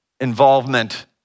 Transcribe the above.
involvement